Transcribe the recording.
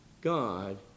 God